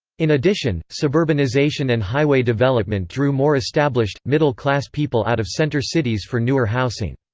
in addition, suburbanization and highway development drew more established, middle-class people out of center cities for newer housing.